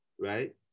right